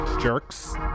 jerks